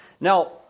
now